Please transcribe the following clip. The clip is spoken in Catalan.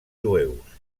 jueus